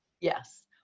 yes